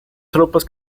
tropas